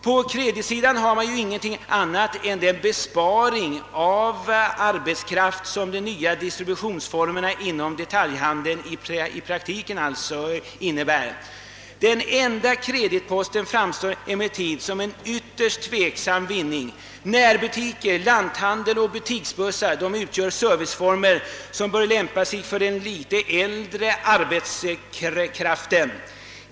På kreditsidan har man ingenting annat än den besparing av arbetskraft som de nya distributionsformerna inom detaljhandeln i praktiken innebär. Denna enda kreditpost framstår emellertid som en ytterst tveksam vinst. Närbutiker, lanthandel och butiksbussar utgör serviceformer som bör lämpa sig väl för den litet äldre arbetskraften.